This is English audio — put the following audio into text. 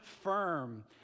firm